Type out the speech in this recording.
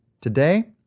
Today